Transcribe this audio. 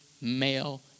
male